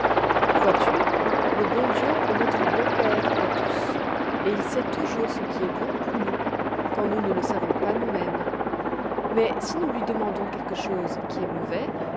vois-tu le bon dieu est notre bon père à tous et il sait toujours ce qui est bon pour nous quand nous ne le savons pas nous-mêmes mais si nous lui demandons quelque chose qui est mauvais